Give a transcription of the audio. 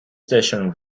station